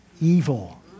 evil